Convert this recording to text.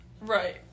Right